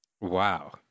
Wow